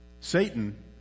Satan